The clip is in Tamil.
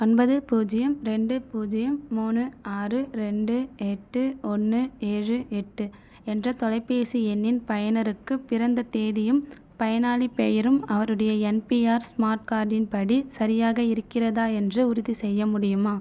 ஒன்பது பூஜ்ஜியம் ரெண்டு பூஜ்ஜியம் மூணு ஆறு ரெண்டு எட்டு ஒன்று ஏழு எட்டு என்ற தொலைபேசி எண்ணின் பயனருக்கு பிறந்த தேதியும் பயனாளிப் பெயரும் அவருடைய என்பிஆர் ஸ்மார்ட் கார்டின் படி சரியாக இருக்கிறதா என்று உறுதிசெய்ய முடியுமா